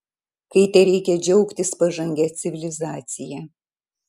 kai tereikia džiaugtis pažangia civilizacija